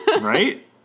Right